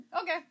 Okay